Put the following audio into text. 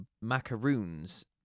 macaroons